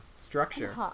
Structure